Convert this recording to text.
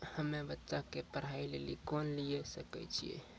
हम्मे बच्चा के पढ़ाई लेली लोन लिये सकय छियै?